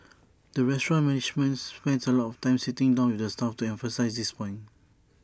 the restaurant's management spends A lot of time sitting down with the staff to emphasise this point